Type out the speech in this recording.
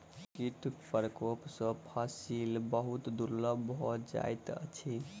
कीट प्रकोप सॅ फसिल बहुत दुर्बल भ जाइत अछि